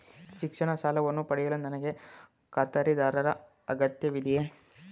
ಶಿಕ್ಷಣ ಸಾಲವನ್ನು ಪಡೆಯಲು ನನಗೆ ಖಾತರಿದಾರರ ಅಗತ್ಯವಿದೆಯೇ?